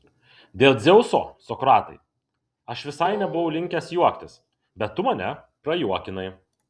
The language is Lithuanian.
dėl dzeuso sokratai aš visai nebuvau linkęs juoktis bet tu mane prajuokinai